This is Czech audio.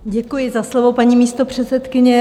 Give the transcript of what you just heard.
Děkuji za slovo, paní místopředsedkyně.